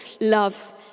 loves